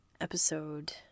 episode